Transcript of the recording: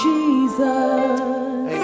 Jesus